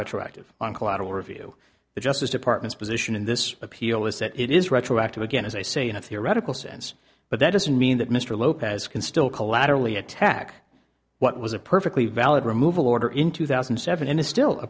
retroactive on collateral review the justice department's position in this appeal is that it is retroactive again as i say in a theoretical sense but that doesn't mean that mr lopez can still collaterally attack what was a perfectly valid removal order in two thousand and seven and is still a